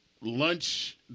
lunch